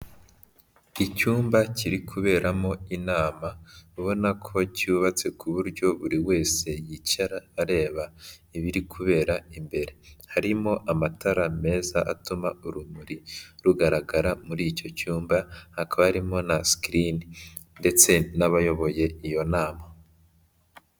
Icyumba kiri kuberamo inama ubona ko cyubatse ku buryo buri wese yicara areba ibiri kubera imbere. Harimo amatara meza atuma urumuri rugaragara muri icyo cyumba, hakaba harimo na sikirini ndetse n'abayoboye iyo nama.